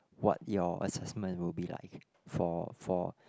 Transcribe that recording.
what your assessment will be like for for